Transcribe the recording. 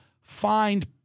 find